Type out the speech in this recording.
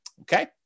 Okay